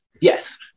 Yes